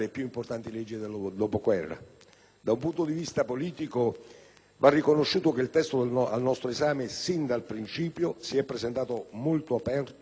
Da un punto di vista politico, va riconosciuto che il testo al nostro esame, sin dal principio, si è presentato molto aperto ai diversi contributi di Regioni,